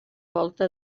volta